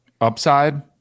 upside